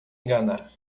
enganar